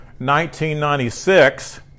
1996